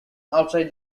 outside